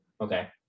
Okay